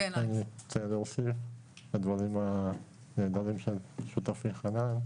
בהמשך לדברים הנהדרים שאמר שותפי חנן,